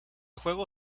juego